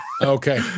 okay